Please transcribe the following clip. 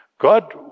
God